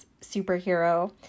superhero